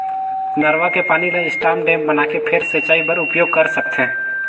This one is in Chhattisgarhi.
नरूवा के पानी ल स्टॉप डेम बनाके फेर सिंचई बर उपयोग कर सकथे